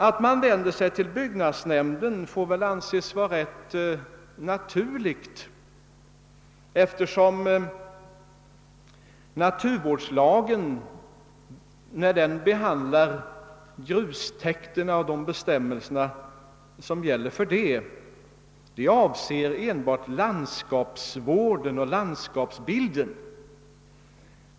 Att man vänder sig till byggnadsnämnden får anses vara ganska naturligt, eftersom naturvårdslagen när den behandlar grustäkterna och bestämmelserna för dessa avser endast landskapsvården och landskapsbilden.